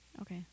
Okay